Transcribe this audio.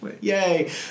Yay